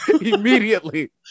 immediately